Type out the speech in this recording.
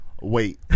wait